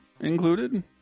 included